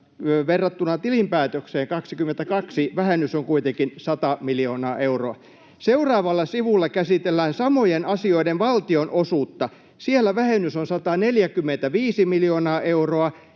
verrattuna tilinpäätökseen 2022 vähennys on kuitenkin 100 miljoonaa euroa. Seuraavalla sivulla käsitellään samojen asioiden valtionosuutta. Siellä vähennys on 145 miljoonaa euroa,